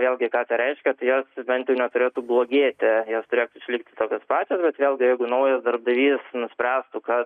vėlgi ką tai reiškia tai jos bent jau neturėtų blogėti jos turi likti tokios pačios bet vėgi naujas darbdavys nuspręstų kad